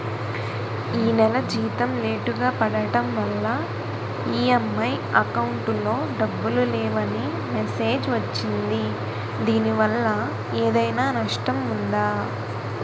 ఈ నెల జీతం లేటుగా పడటం వల్ల ఇ.ఎం.ఐ అకౌంట్ లో డబ్బులు లేవని మెసేజ్ వచ్చిందిదీనివల్ల ఏదైనా నష్టం ఉందా?